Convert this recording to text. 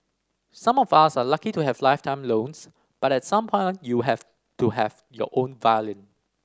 some of us are lucky to have lifetime loans but at some point you have to have your own violin